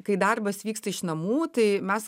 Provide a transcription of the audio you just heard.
kai darbas vyksta iš namų tai mes